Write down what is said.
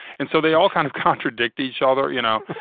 and so they all kind of contradict each other, you know.